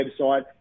website